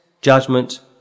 Judgment